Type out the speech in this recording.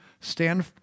stand